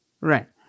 Right